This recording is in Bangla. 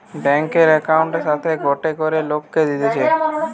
ব্যাংকার একউন্টের সাথে গটে করে লোককে দিতেছে